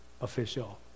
official